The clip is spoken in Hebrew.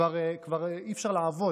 אי-אפשר לעבוד,